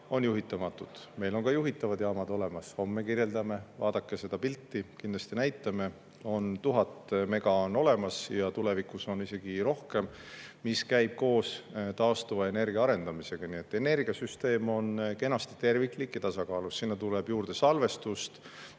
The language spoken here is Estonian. juhitamatud. Meil on ka juhitavad jaamad olemas. Homme kirjeldame neid, vaadake seda pilti, kindlasti näitame. 1000 megavatti on olemas ja tulevikus on isegi rohkem, see käib koos taastuvenergia arendamisega. Energiasüsteem on kenasti terviklik ja tasakaalus. Sinna tuleb juurde salvestust,